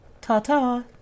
Ta-ta